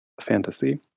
fantasy